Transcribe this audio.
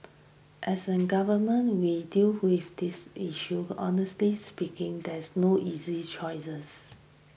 as a government we deal with this issue honestly speaking this no easy choices